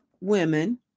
women